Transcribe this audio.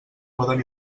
poden